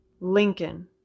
Lincoln